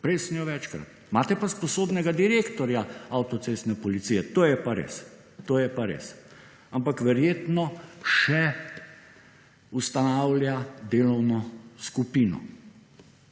sem jo večkrat. Imate pa spodobnega direktorja avtocestne policije to je pa res, ampak verjetno še ustanavlja delovno skupino